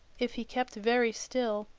if he kept very still,